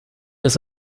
des